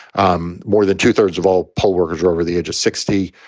um more than two thirds of all poll workers over the age of sixty.